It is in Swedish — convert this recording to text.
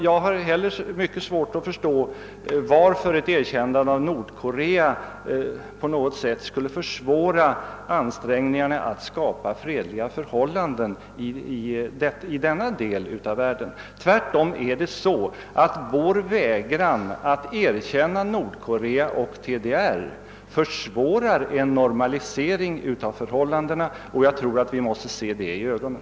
Jag har också mycket svårt att förstå varför ett erkännande av Nordkorea på något sätt skulle försvåra ansträngningarna att skapa fredliga förhållanden i denna del av världen. Tvärtom försvårar vår vägran att erkänna Nordkorea och DDR en normalisering av förhållandena, och det måste vi ha för ögonen.